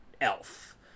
elf